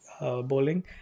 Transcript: bowling